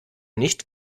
nicht